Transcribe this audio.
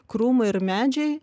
krūmai ir medžiai